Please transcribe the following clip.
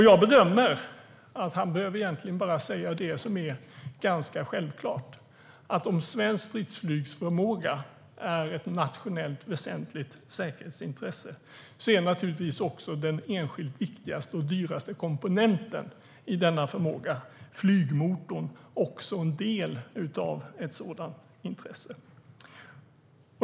Jag bedömer att han egentligen bara behöver säga det som är ganska självklart: Om svensk stridsflygsförmåga är ett väsentligt nationellt säkerhetsintresse är också den enskilt viktigaste och dyraste komponenten i denna förmåga, flygmotorn, en del av ett sådant intresse.